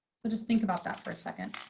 so just think about that for a second.